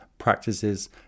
practices